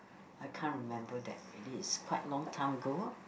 I can't remember that already it's quite long time ago